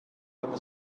when